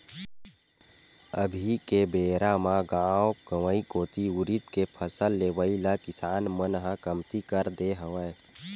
अभी के बेरा म गाँव गंवई कोती उरिद के फसल लेवई ल किसान मन ह कमती कर दे हवय